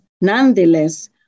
Nonetheless